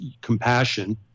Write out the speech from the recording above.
compassion